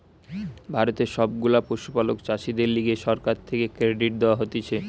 ভারতের সব গুলা পশুপালক চাষীদের লিগে সরকার থেকে ক্রেডিট দেওয়া হতিছে